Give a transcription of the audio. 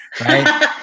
right